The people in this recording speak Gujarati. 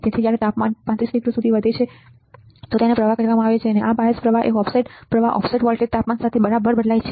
તેથી જ્યારે તાપમાન 35 ડિગ્રી સુધી વધે છે તેને પ્રવાહ કહેવામાં આવે છે બાયસ પ્રવાહ ઓફસેટ પ્રવાહ ઓફસેટ વોલ્ટેજ તાપમાન સાથે બરાબર બદલાય છે